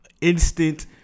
instant